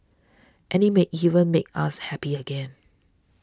and it may even make us happy again